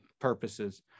purposes